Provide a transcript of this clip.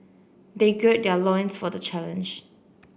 they gird their loins for the challenge